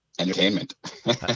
Entertainment